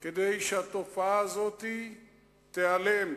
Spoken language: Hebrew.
כדי שהתופעה הזאת תיעלם.